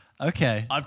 Okay